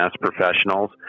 professionals